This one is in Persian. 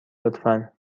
لطفا